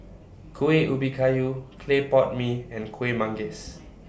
Kuih Ubi Kayu Clay Pot Mee and Kueh Manggis